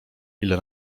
ile